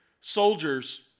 soldiers